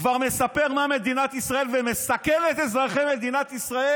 כבר מספר מה מדינת ישראל ומסכן את אזרחי מדינת ישראל.